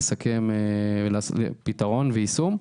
כדי לסכם על פתרון ויישום,